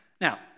Now